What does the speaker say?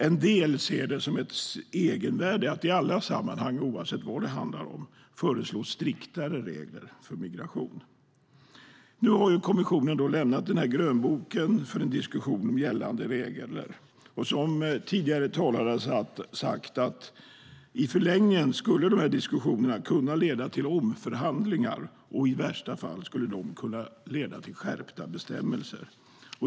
En del ser det som ett egenvärde att i alla sammanhang, oavsett vad det handlar om, föreslå striktare regler för migration. Nu har då kommissionen lämnat den här grönboken för en diskussion om gällande regler. Som tidigare talare har sagt skulle de här diskussionerna i förlängningen kunna leda till omförhandlingar, och i värsta fall skulle de kunna leda till skärpta bestämmelser.